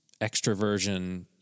extroversion